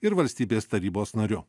ir valstybės tarybos nariu